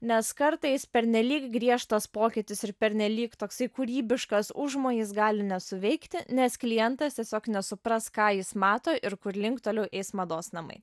nes kartais pernelyg griežtas pokytis ir pernelyg toksai kūrybiškas užmojis gali nesuveikti nes klientas tiesiog nesupras ką jis mato ir kurlink toliau eis mados namai